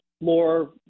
more